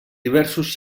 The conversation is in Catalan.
diversos